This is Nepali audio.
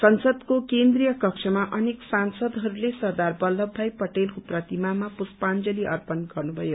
संसदको केन्द्रीय कक्षमा अनेक सांसदहरूले सरदार बल्लभ भाई पटेलको प्रतिमामा पुष्पांजलि अर्पण गर्नुभयो